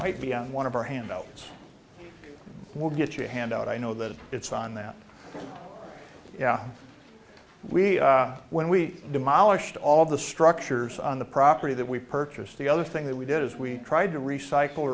might be on one of our handouts will get you a handout i know that it's on that we when we demolished all the structures on the property that we purchased the other thing that we did is we tried to recycle